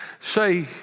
say